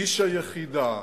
איש היחידה,